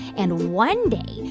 and one day,